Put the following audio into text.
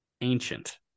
Ancient